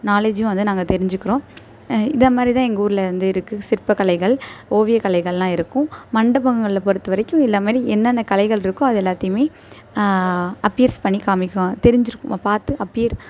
நாலேஜும் வந்து நாங்க தெரிஞ்சுக்கிறோம் இந்த மாதிரி தான் எங்கள் ஊரில் வந்து இருக்குது சிற்பக்கலைகள் ஓவியக்கலைகளெலாம் இருக்கும் மண்டபங்களை பொறுத்த வரைக்கும் இந்தமாரி என்னென்ன கலைகள் இருக்கோ அது எல்லாத்தையுமே அப்பியர்ஸ் பண்ணி காமிக்கும் தெரிஞ்சுருக்கும் நம்ம பார்த்து அப்பியர்